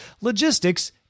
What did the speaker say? logistics